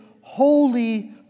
holy